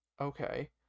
Okay